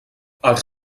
els